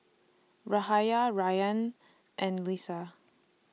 Yahaya Ryan and Lisa